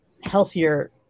healthier